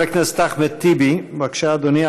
חבר הכנסת אחמד טיבי, בבקשה, אדוני.